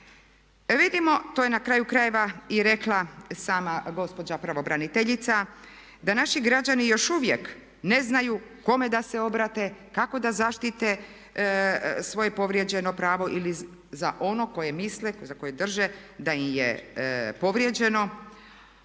Vidimo, to je na kraju krajeva i rekla sama gospođa pravobraniteljica, da naši građani još uvijek ne znaju kome da se obrate, kako da zaštite svoje povrijeđeno pravo ili za ono za koje drže da im je povrijeđeno.